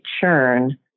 churn